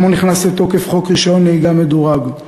אתמול נכנס לתוקף חוק רישיון נהיגה מדורג.